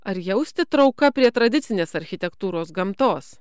ar jausti trauka prie tradicinės architektūros gamtos